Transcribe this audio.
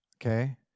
okay